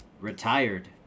Retired